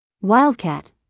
Wildcat